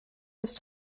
ist